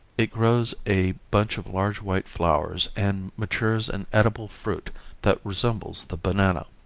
it grows a bunch of large white flowers, and matures an edible fruit that resembles the banana.